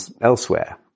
elsewhere